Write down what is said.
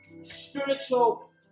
spiritual